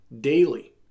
daily